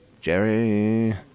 Jerry